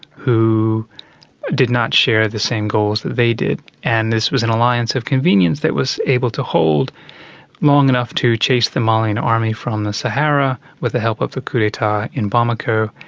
who did not share the same goals that they did. and this was an alliance of convenience that was able to hold long enough to chase the malian army from the sahara with the help of the coup d'etat in bamako.